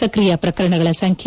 ಸಕಿಯ ಪ್ರಕರಣಗಳ ಸಂಖ್ಯೆ